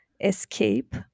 escape